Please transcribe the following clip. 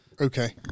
okay